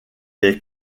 est